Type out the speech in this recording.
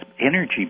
energy